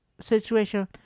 situation